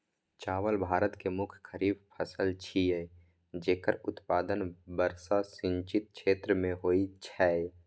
चावल भारत के मुख्य खरीफ फसल छियै, जेकर उत्पादन वर्षा सिंचित क्षेत्र मे होइ छै